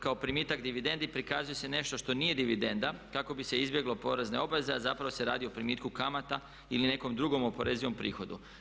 Kao primitak dividendi prikazuje se nešto što nije dividenda kako bi se izbjeglo porezne obveze, a zapravo se radi o primitku kamata ili nekom drugom oporezivom prihodu.